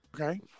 Okay